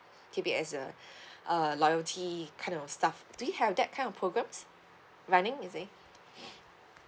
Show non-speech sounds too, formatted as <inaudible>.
keep it as a <breath> uh loyalty kind of stuff do you have that kind of programs running is it <breath>